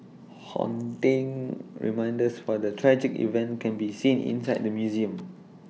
haunting reminders for the tragic event can be seen inside the museum